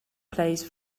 place